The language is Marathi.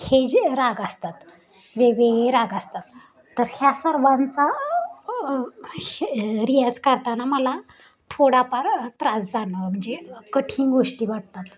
हे जे राग असतात वेगवेगळी राग असतात तर ह्या सर्वांचा रियाज करताना मला थोडाफार त्रास जानवं म्हणजे कठीण गोष्टी वाटतात